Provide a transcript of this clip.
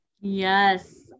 yes